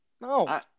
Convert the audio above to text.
No